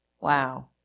Wow